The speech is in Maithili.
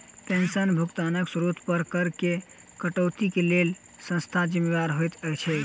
पेंशनक भुगतानक स्त्रोत पर करऽ केँ कटौतीक लेल केँ संस्था जिम्मेदार होइत छैक?